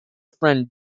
friend